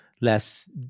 less